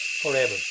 forever